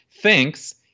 thinks